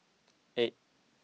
eight